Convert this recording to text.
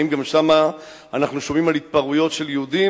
האם גם שם אנחנו שומעים על התפרעויות של יהודים?